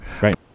Right